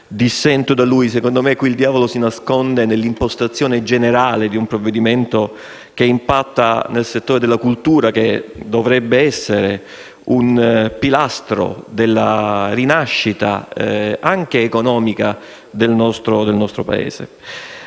mio avviso, il diavolo si nasconde nell'impostazione generale di un provvedimento che impatta nel settore della cultura, che dovrebbe essere un pilastro della rinascita, anche economica, del nostro Paese.